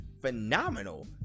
phenomenal